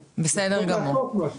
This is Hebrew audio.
אבל צריך להגיד על זה כמה